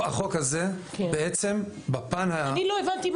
החוק הזה בעצם --- אני לא הבנתי,